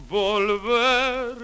volver